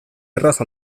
erraz